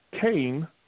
Cain